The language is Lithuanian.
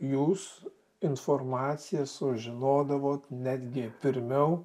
jūs informaciją sužinodavot netgi pirmiau